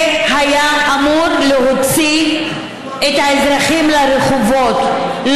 זה היה אמור להוציא את האזרחים לרחובות,